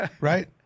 right